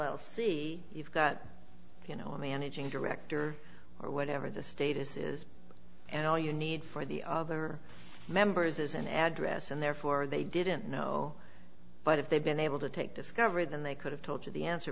l c you've got you know a managing director or whatever the status is and all you need for the other members is an address and therefore they didn't know but if they've been able to take discovered then they could have told you the answer